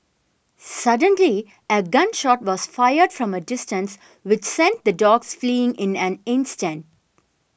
suddenly a gun shot was fired from a distance which sent the dogs fleeing in an instant